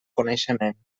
coneixement